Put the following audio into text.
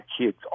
kids